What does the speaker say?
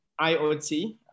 IoT